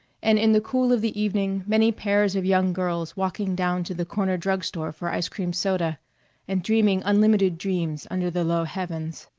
and in the cool of the evening many pairs of young girls walking down to the corner drug-store for ice cream soda and dreaming unlimited dreams under the low heavens.